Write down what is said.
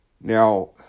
now